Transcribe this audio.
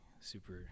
super